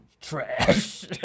trash